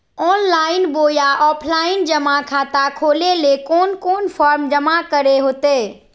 Online बोया offline जमा खाता खोले ले कोन कोन फॉर्म जमा करे होते?